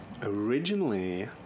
Originally